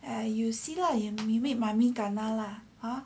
and you see lah you make mummy kena lah